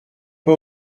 pas